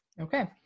Okay